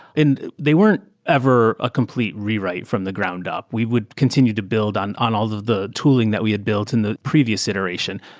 they weren't ever a complete rewrite from the ground-up. we would continue to build on on all of the tooling that we had built in the previous iteration.